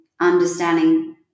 understanding